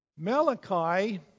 Malachi